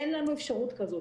אין לנו אפשרות כזאת.